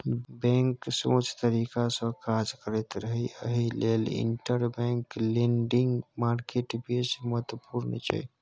bank सोझ तरीकासँ काज करैत रहय एहि लेल इंटरबैंक लेंडिंग मार्केट बेस महत्वपूर्ण छै